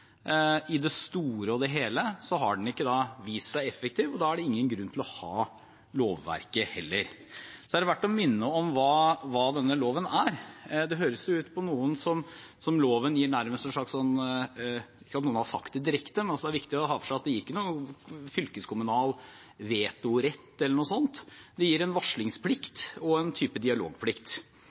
I det store og hele har den ikke vist seg effektiv, og da er det ingen grunn til å ha lovverket heller. Det er verdt å minne om hva denne loven er. Det høres ut på noen som om loven nærmest gir en slags fylkeskommunal vetorett eller noe sånt – ikke at noen har sagt det direkte, men det er viktig å ha for seg at den ikke gir det. Den gir en varslingsplikt og en type dialogplikt. Jeg mener det er god dialog, at virkemiddelapparatet er på pletten, og